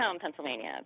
Pennsylvania